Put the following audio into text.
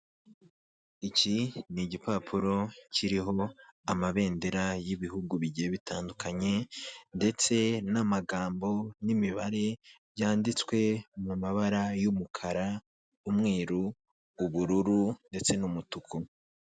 Iki ni igipapuro kiriho amabendera y'ibihugu bigiye bitandukanye ndetse n'amagambo, n'imibare byanditswe mu mabara y'umukara, umweru, ubururu ndetse n'umutuku.